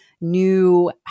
new